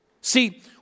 See